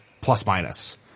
plus-minus